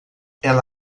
ela